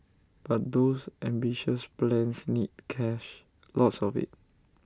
but those ambitious plans need cash lots of IT